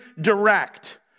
direct